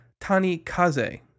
Tanikaze